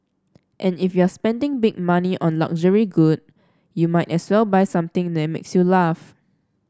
and if you're spending big money on a luxury good you might as well buy something that makes you laugh